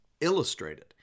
illustrated